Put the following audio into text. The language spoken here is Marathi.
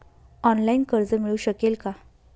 ऑनलाईन कर्ज मिळू शकेल का?